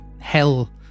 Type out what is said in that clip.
hell